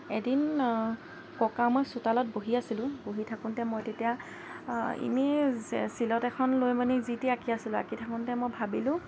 এদিন ককা মই চোতালত বহি আছিলোঁ বহি থাকোঁতে মই তেতিয়া এনেই চিলথ এখন লৈ মানে যি টি আঁকি আছিলোঁ আঁকি থাকোঁতে মই ভাবিলোঁ